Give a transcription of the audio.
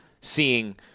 seeing